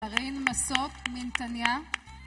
ארין מסוק, מנתניה